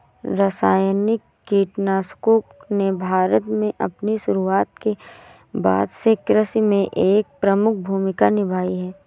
रासायनिक कीटनाशकों ने भारत में अपनी शुरूआत के बाद से कृषि में एक प्रमुख भूमिका निभाई हैं